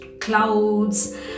clouds